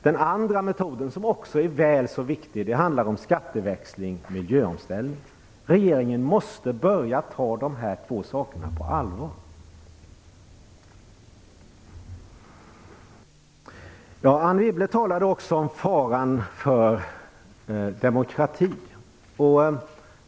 Den andra reformen, som är väl så viktig, gäller skatteväxling och miljöomställning. Regeringen måste börja ta de här två sakerna på allvar. Anne Wibble talade också om faran för demokratin.